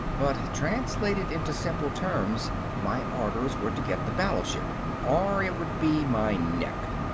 but translated into simple terms my orders were to get the battleship, or it would be my neck.